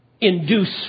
induce